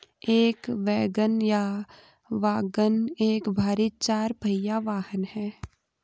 एक वैगन या वाग्गन एक भारी चार पहिया वाहन है